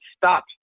stop